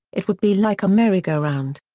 it would be like a merry-go-round.